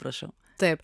prašau taip